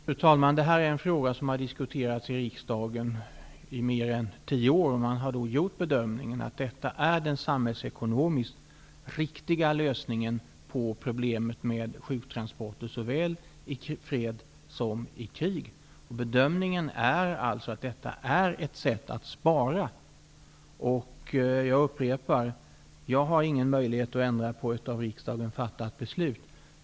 Fru talman! Det här är en fråga som har diskuterats i riksdagen i mer än tio år. Man har gjort bedömningen att detta är den samhällsekonomiskt riktiga lösningen på problemet med sjuktransporter såväl i fred som i krig. Bedömningen är således att detta är ett sätt att spara. Jag upprepar att jag inte har någon möjlighet att ändra på ett beslut som har fattats av riksdagen.